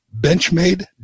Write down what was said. Benchmade